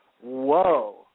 whoa